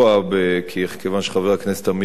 כיוון שחבר הכנסת עמיר פרץ